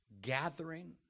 gathering